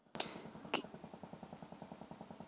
क्या मैं Google Pay से अपने खाते की शेष राशि की जाँच कर सकता हूँ?